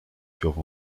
furent